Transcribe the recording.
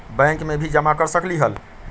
Bank में भी जमा कर सकलीहल?